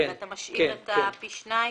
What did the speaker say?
אתה משאיר את הפי שניים.